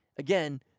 Again